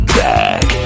back